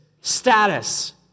status